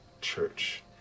church